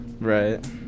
right